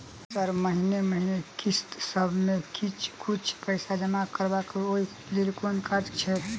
Sir महीने महीने किस्तसभ मे किछ कुछ पैसा जमा करब ओई लेल कोनो कर्जा छैय?